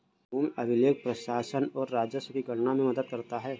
भूमि अभिलेख प्रशासन और राजस्व की गणना में मदद करता है